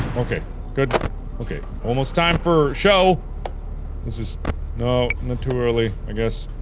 okay good okay almost time for show this is no no too early i guess